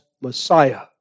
Messiah